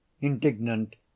indignant